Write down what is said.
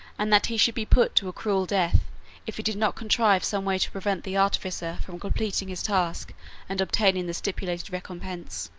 and that he should be put to a cruel death if he did not contrive some way to prevent the artificer from completing his task and obtaining the stipulated recompense.